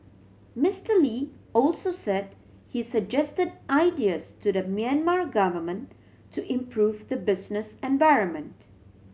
Mister Lee also said he suggested ideas to the Myanmar government to improve the business environment